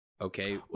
Okay